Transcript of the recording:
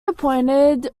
appointed